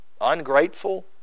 ungrateful